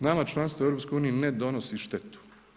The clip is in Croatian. Nama članstvo u EU ne donosi štetu.